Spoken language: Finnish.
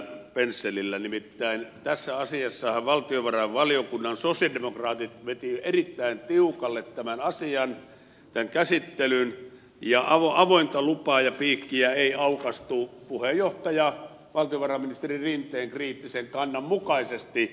nimittäin tässä asiassahan valtiovarainvaliokunnan sosialidemokraatit vetivät erittäin tiukalle tämän käsittelyn ja avointa lupaa ja piikkiä ei aukaistu puheenjohtaja valtiovarainministeri rinteen kriittisen kannan mukaisesti